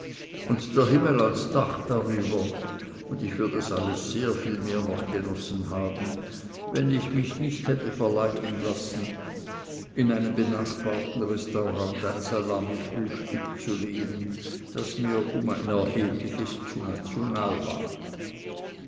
und der himmel als dach darüber und ich würd es alles sehr viel mehr noch genossen haben wenn ich mich nicht hätte verleiten lassen in einem benachbarten restaurant ein salamifrühstück zu nehmen das mir um ein erhebliches zu national war